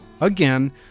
again